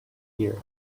here